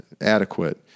adequate